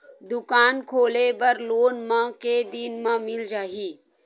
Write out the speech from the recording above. दुकान खोले बर लोन मा के दिन मा मिल जाही?